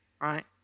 right